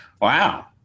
Wow